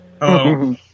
Hello